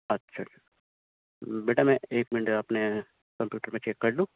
اچھا بیٹا میں ایک منٹ آپ نے کمپیوٹر میں چیک کر لوں